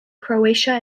croatia